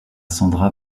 sandra